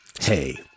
Hey